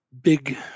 big